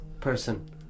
person